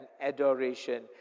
adoration